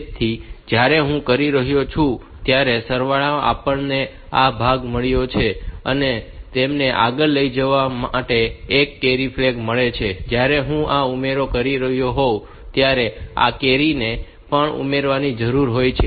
તેથી જ્યારે હું કરી રહ્યો છું ત્યારે સરવાળામાં આપણને આ ભાગ મળ્યો છે અને તેને આગળ લઈ જવા માટે એક કેરી મળી છે અને જ્યારે હું આ ઉમેરો કરી રહ્યો હોવ ત્યારે આ કેરી ને પણ ઉમેરવાની જરૂર હોય છે